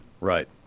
Right